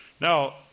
Now